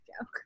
joke